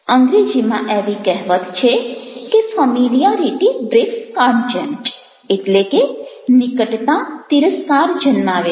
અંગ્રેજીમાં એવી કહેવત છે કે ફેમિલિયારિટી બ્રીડ્સ કોન્ટેમ્પ્ટ એટલે કે નિકટતા તિરસ્કાર જન્માવે છે